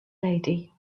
lady